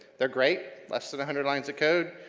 they're great, less than a hundred lines of code.